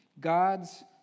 God's